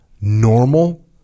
normal